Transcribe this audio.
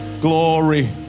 glory